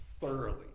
thoroughly